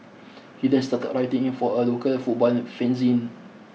he then started writing a for a local football fanzine